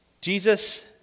Jesus